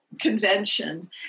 convention